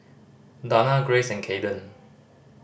Dana Grace and Kayden